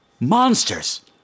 monsters